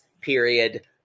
period